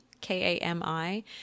K-A-M-I